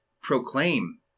proclaim